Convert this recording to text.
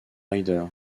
rider